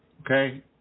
Okay